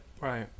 Right